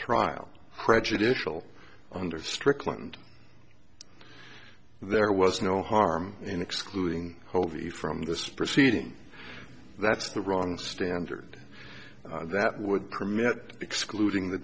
trial prejudicial under strickland there was no harm in excluding hovey from this proceeding that's the wrong standard that would permit excluding the